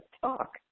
talk